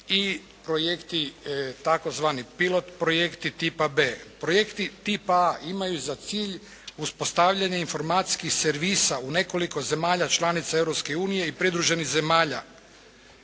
i projekti, tzv. pilot projekti tipa B. Projekti tipa A imaju za cilj uspostavljanje informacijskih servisa u nekoliko zemalja članica Europske unije i pridruženih zemalja.